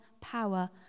power